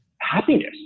happiness